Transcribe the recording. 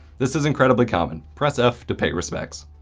this is incredibly common. press f to pay respects.